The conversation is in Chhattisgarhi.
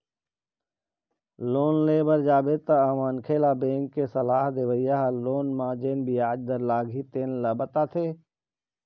लोन ले बर जाबे तअमनखे ल बेंक के सलाह देवइया ह लोन म जेन बियाज दर लागही तेन ल बताथे